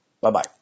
Bye-bye